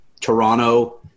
Toronto